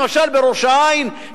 למשל בראש-העין,